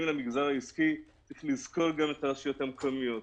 למגזר העסקי צריך לזכור גם את הרשויות המקומיות,